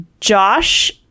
Josh